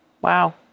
Wow